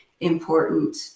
important